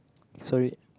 sorry